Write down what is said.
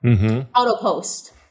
auto-post